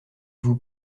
vous